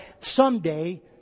someday